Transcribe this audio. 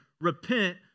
repent